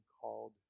called